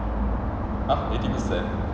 !huh! eighty per cent